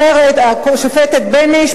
השופטים בייניש,